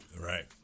Right